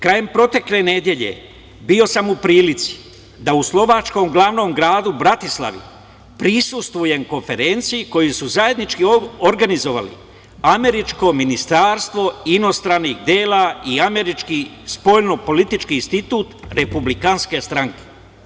Krajem protekle nedelje bio sam u prilici da u slovačkom glavnom gradu Bratislavi prisustvujem konferenciji koju su zajednički organizovali američko ministarstvo inostranih dela i američki spoljno-političkih institut republikanske stranke.